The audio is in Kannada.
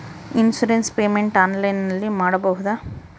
ಇನ್ಸೂರೆನ್ಸ್ ಪೇಮೆಂಟ್ ಆನ್ಲೈನಿನಲ್ಲಿ ಮಾಡಬಹುದಾ?